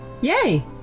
Yay